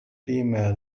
فيما